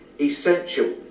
essential